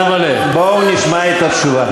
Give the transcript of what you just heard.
בואו נשמע את התשובה.